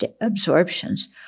absorptions